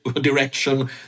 direction